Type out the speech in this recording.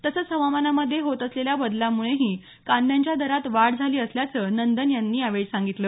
तसंच हवामानामधे होत असलेल्या बदलामुळेही कांद्याच्या दरात वाढ झाली असल्याचं नंदन यावेळी सांगितलं